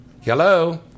hello